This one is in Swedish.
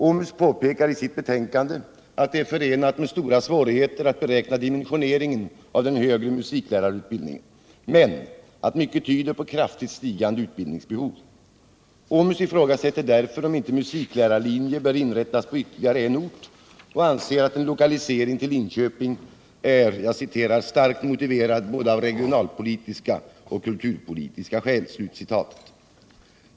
OMUS påpekar i sitt betänkande att det är förenat med stora svårigheter att beräkna dimensioneringen av den högre musikutbildningen, men att mycket tyder på ett kraftigt stigande utbildningsbehov. OMUS ifrågasätter därför om inte musiklärarlinje bör inrättas på ytterligare en ort och anser att en lokalisering till Linköping ”är starkt motiverad både av regionalpolitiska och kulturpolitiska skäl”.